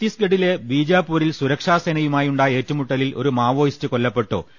ഛത്തീസ്ഗഢിലെ ബീജാപൂരിൽ സുരക്ഷാസേനയുമായു ണ്ടായ ഏറ്റുമുട്ടലിൽ ഒരു മാവോയിസ്റ്റ് കൊല്ലപ്പെട്ടു